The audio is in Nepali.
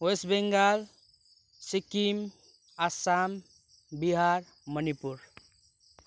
वेस्ट बङ्गाल सिक्किम आसाम बिहार मणिपुर